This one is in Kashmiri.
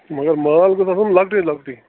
مگر مال گٔژھ آسُن لَکٹُے لَکٹُے